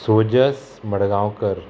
सोजस Madgaonkar